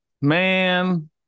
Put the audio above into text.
man